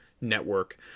network